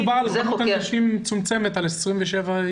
מדובר על מספר מצומצם של 27 אנשים.